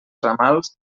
ramals